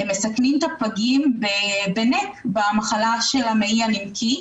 הם מסכנים את הפגים במחלה של המעי הנמקי.